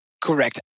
Correct